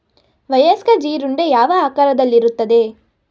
ವಯಸ್ಕ ಜೀರುಂಡೆ ಯಾವ ಆಕಾರದಲ್ಲಿರುತ್ತದೆ?